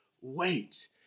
wait